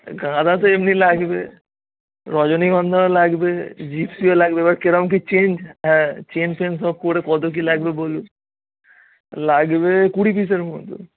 গাঁদা তো এমনি লাগবে রজনীগন্ধাও লাগবে জিপসিও লাগবে এবার কীরকম কী চেইন হ্যাঁ চেইন ফেন সব করে কত কী লাগবে বলুন লাগবে কুড়ি পিসের মতো